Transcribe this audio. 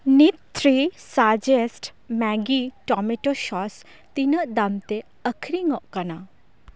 ᱱᱤᱛ ᱛᱷᱤᱨᱤ ᱥᱟᱡᱮᱥᱴ ᱢᱮᱜᱤ ᱴᱳᱢᱮᱴᱳ ᱥᱚᱥ ᱛᱤᱱᱟᱹᱜ ᱫᱟᱢᱛᱮ ᱟᱹᱠᱷᱟᱨᱤᱧᱚᱜ ᱠᱟᱱᱟ